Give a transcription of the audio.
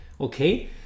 okay